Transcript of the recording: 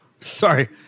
Sorry